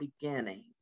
beginning